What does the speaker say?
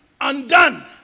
undone